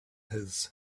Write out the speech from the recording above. his